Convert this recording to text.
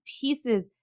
pieces